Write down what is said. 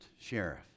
sheriff